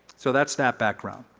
so that's that background.